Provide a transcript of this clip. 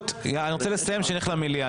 ביסמוט, אני רוצה לסיים כדי שנלך למליאה.